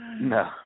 No